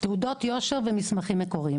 תעודות יושר ומסמכים מקוריים.